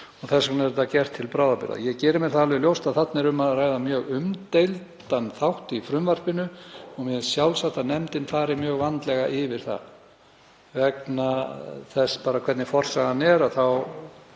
Þess vegna er þetta gert til bráðabirgða. Ég geri mér það alveg ljóst að þarna er um að ræða mjög umdeildan þátt í frumvarpinu og mér finnst sjálfsagt að nefndin fari mjög vandlega yfir það. Vegna þess hvernig forsagan er þá